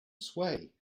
sway